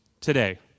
today